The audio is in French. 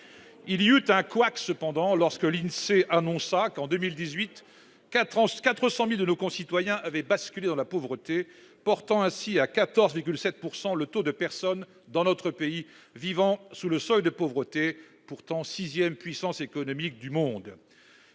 Il y eut un couac cependant, lorsque l'Insee annonça que, en 2018, quelque 400 000 de nosconcitoyens avaient basculé dans la pauvreté, portant ainsi à 14,7 % le taux de personnes vivant sous le seuil de pauvreté dans notre pays, pourtant sixième puissance économique du monde.